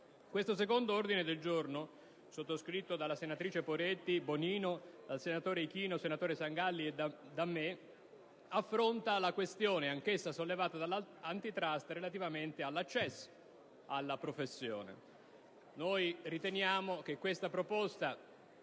Questo secondo ordine del giorno, sottoscritto dalle senatrici Poretti, Bonino e dai senatori Ichino, Sangalli e da me, affronta la questione, anch'essa sollevata dall'*Antitrust,* relativa all'accesso alla professione. Noi riteniamo che questa proposta